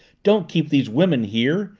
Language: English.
don't keep these women here!